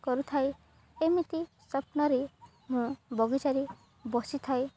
କରୁଥାଏ ଏମିତି ସ୍ୱପ୍ନରେ ମୁଁ ବଗିଚାରେ ବସିଥାଏ